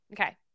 Okay